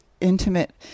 intimate